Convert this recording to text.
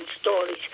stories